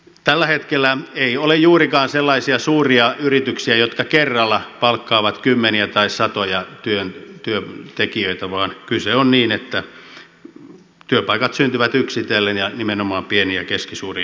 tällä hetkellä ei ole juurikaan sellaisia suuria yrityksiä jotka kerralla palkkaavat kymmeniä tai satoja työntekijöitä vaan kyse on siitä että työpaikat syntyvät yksitellen ja nimenomaan pieniin ja keskisuuriin yrityksiin